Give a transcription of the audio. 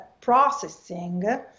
processing